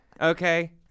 Okay